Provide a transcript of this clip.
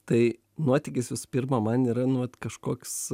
tai nuotykis visų pirma man yra nu vat kažkoks